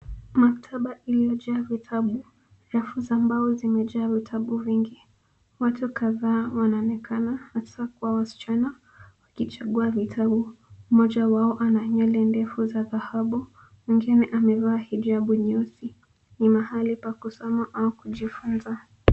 Maktaba iliyojaa vitabu. Rafu za mbao zimejaa vitabu vingi. Watu kadhaa wanaonekana hasa kuwa wasichana wakichagua vitabu. Mmoja wao ana nywele ndefu za dhahabu, mwingine amevaa hijabu nyeusi. Ni mahali pa kusoma au kujifunza.